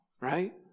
right